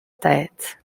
tête